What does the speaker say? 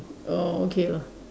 oh okay lah